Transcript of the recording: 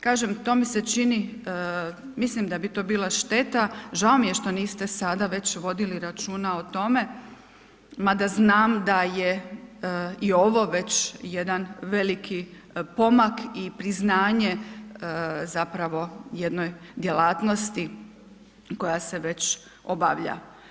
Kažem to mi se čini, mislim da bi to bila šteta, žao mi je što niste sada već vodili računa o tome, mada znam da je i ovo već jedan veliki pomak i priznanje zapravo jednoj djelatnosti koja se već obavlja.